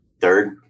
third